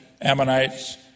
Ammonites